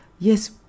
Yes